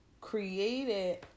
created